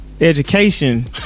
education